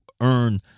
earn